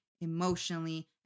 emotionally